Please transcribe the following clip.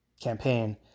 campaign